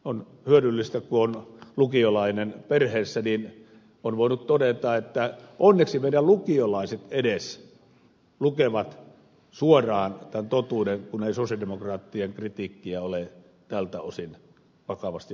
on hyödyllistä kun on lukiolainen perheessä niin on voinut todeta että onneksi meidän lukiolaiset edes lukevat suoraan tämän totuuden kun ei sosialidemokraattien kritiikkiä ole tältä osin vakavasti otettu